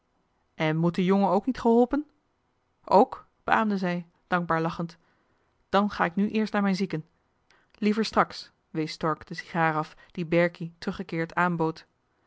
en moet de jongen ook niet geholpen ook beaamde zij dankbaar lachend dan ga ik nu eerst naar mijn zieken liever straks wees stork de sigaar af die berkie teruggekeerd aanbood